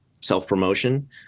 self-promotion